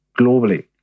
globally